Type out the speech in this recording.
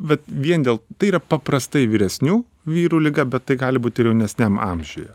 vat vien dėl tai yra paprastai vyresnių vyrų liga bet tai gali būt ir jaunesniam amžiuje